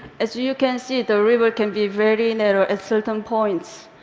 as you can see, the river can be very narrow at certain points,